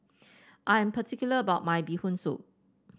I am particular about my Bee Hoon Soup